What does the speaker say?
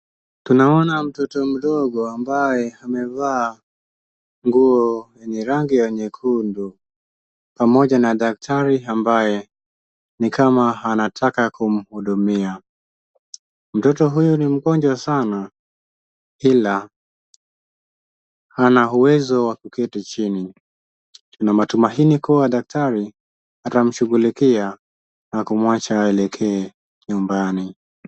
Tunaona mtoto mdogo ambaye amevaa nguo yenye rangi ya nyekundu pamoja na daktari ambaye ni kama anataka kumhudumia. Mtoto huyu ni mgonjwa sana ila hana uwezo wa kuketi chini. Nina matumaini kuwa daktari atamshughulikia na kumwacha aelekee nyumbani.